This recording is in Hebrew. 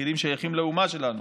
כיחידים ששייכים לאומה שלנו.